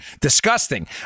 disgusting